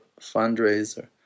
fundraiser